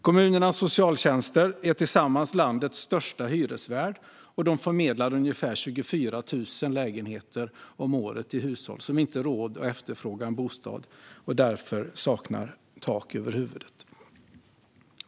Kommunernas socialtjänster är tillsammans landet största hyresvärd och förmedlar ungefär 24 000 lägenheter om året till hushåll som inte har råd att efterfråga en bostad och därför saknar tak över huvudet.